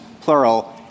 plural